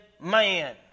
man